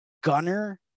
Gunner